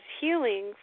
healing